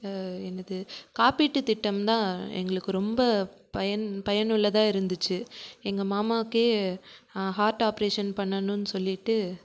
என்னது காப்பீட்டுத் திட்டம் தான் எங்களுக்கு ரொம்ப பயன் பயனுள்ளதாக இருந்துச்சு எங்கள் மாமாவுக்கே ஹார்ட் ஆப்ரேஷன் பண்ணணுன் சொல்லிட்டு